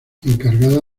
encargada